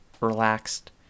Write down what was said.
relaxed